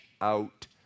out